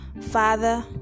father